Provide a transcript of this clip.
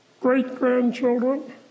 great-grandchildren